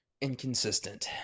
Inconsistent